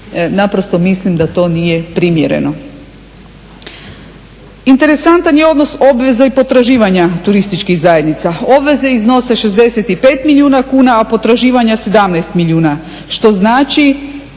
naprosto mislim da to nije primjereno. Interesantan je odnos obveza i potraživanja turističkih zajednica. Obveze iznose 65 milijuna kuna, a potraživanja 17 milijuna što znači